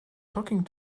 talking